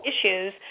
issues